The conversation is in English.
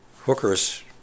Hooker's